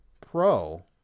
Pro